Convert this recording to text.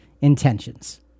intentions